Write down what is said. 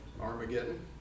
Armageddon